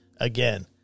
Again